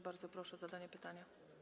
Bardzo proszę o zadanie pytania.